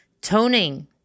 Toning